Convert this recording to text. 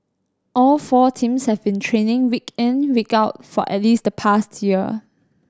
all four teams have been training week in week out for at least the past year